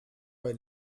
bei